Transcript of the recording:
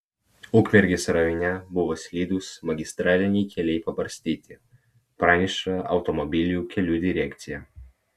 ukmergės rajone buvę slidūs magistraliniai keliai pabarstyti praneša automobilių kelių direkcija